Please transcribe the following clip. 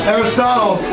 Aristotle